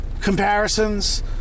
comparisons